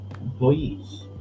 employees